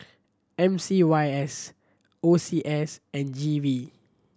M C Y S O C S and G V